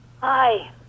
Hi